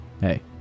hey